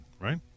right